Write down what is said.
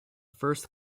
first